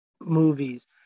movies